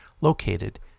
located